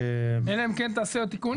אלא אם כן תעשה עוד תיקונים.